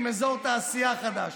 עם אזור תעשייה חדש.